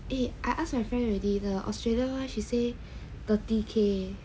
eh I ask my friend already the Australia she say thirty K